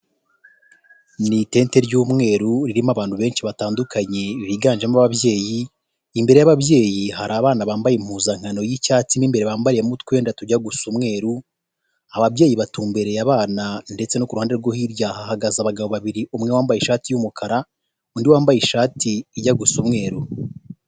Ni itente ry'umweru ririmo abantu benshi batandukanye biganjemo ababyeyi, imbere y'ababyeyi hari abana bambaye impuzankano y'icyatsi n'imbere bambayemo utwenda tujya gusa umweru, ababyeyi batumbereye abana ndetse no kuruhande rwo hirya hahagaze abagabo babiri umwe wambaye ishati y'umukara, undi wambaye ishati ijya gusa umweru.